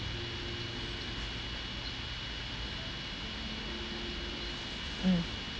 mm